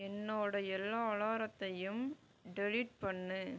என்னோடய எல்லா அலாரத்தையும் டெலிட் பண்ணு